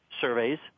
surveys